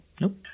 Nope